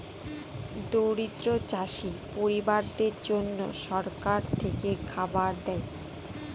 দরিদ্র চাষী পরিবারদের জন্যে সরকার থেকে খাবার দেয়